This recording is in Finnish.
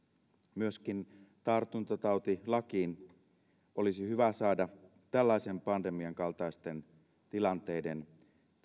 myöskin tartuntatautilakiin olisi hyvä saada tällaisen pandemian kaltaisten tilanteiden